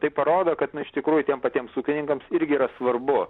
tai parodo kad nu iš tikrųjų tiem patiems ūkininkams irgi yra svarbu